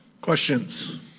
Questions